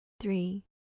three